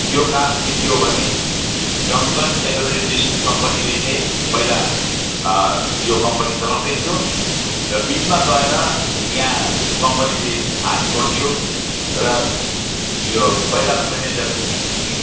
त्यो कारणचाहिँ के हो भने डङ्कन्स एग्रो इन्डस्ट्रिज कम्पनीले चाहिँ पहिला यो कम्पनी चलाउँदै थियो र बिचमा गएर यहाँ कम्पनीले हात छोड्दियो र यो पहिलाका म्यानेजरहरूले नि